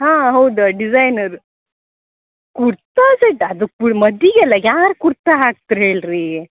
ಹಾಂ ಹೌದು ಡಿಸೈನರ್ ಕುರ್ತಾ ಸೆಟ್ಟಾ ಅದು ಕು ಮದುವೆಗೆಲ್ಲ ಯಾರು ಕುರ್ತಾ ಹಾಕ್ತಾರೆ ಹೇಳ್ರೀ